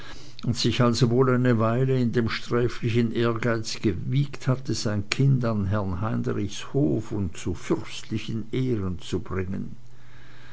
und sich also wohl eine weile in dem sträflichen ehrgeiz gewiegt hatte sein kind an herrn heinrichs hof und zu fürstlichen ehren zu bringen